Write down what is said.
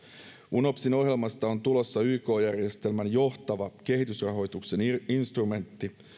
unopsin ohjelmasta on tulossa yk järjestelmän johtava kehitysrahoituksen instrumentti